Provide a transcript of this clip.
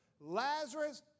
Lazarus